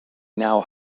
now